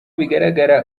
bigaragara